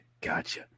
gotcha